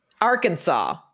Arkansas